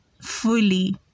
fully